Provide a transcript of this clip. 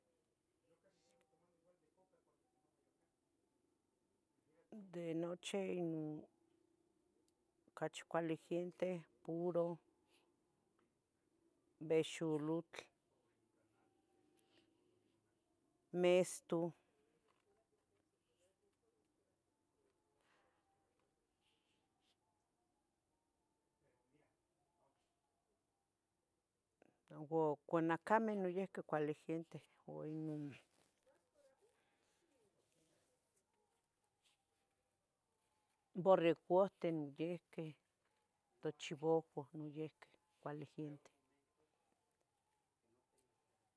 De nochi ocachi cuali giente puro, behxulotl, mestu, u cuanacameh noyihqui cuali giente o ino borregohten noyihqui tochivohua noyiqui cuali giente.